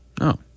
No